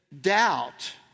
doubt